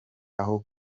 aho